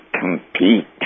compete